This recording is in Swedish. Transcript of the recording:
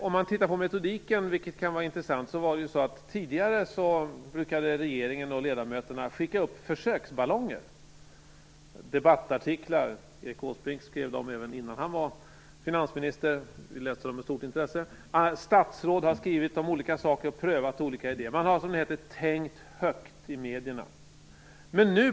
Om vi tittar på metodiken, vilket kan vara intressant, vet vi att regeringen tidigare brukade skicka upp försöksballonger, t.ex. debattartiklar. Erik Åsbrink skrev dem innan han var finansminister, och vi läste dem med stort intresse. Statsråd har skrivit om olika saker och prövat olika idéer. Man har "tänkt högt" i medierna.